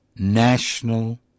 National